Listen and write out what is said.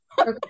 okay